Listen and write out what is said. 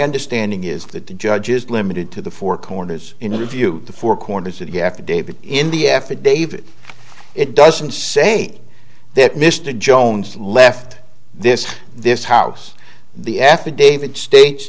understanding is that the judge is limited to the four corners interview the four corners of the affidavit in the affidavit it doesn't say that mr jones left this this house the affidavit states